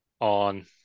on